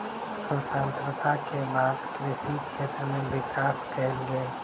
स्वतंत्रता के बाद कृषि क्षेत्र में विकास कएल गेल